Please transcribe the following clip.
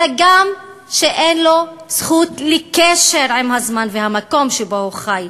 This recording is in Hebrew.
אלא גם כאילו שאין לו זכות לקשר עם הזמן והמקום שבהם הוא חי.